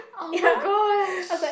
oh-my-gosh